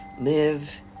live